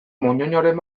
moñoñoren